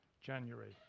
January